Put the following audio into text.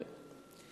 נכון.